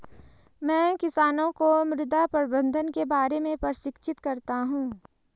मैं किसानों को मृदा प्रबंधन के बारे में प्रशिक्षित करता हूँ